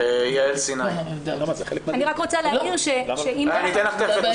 אני רוצה להעיר הערה.